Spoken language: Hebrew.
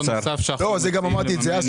את גם אמרתי אז,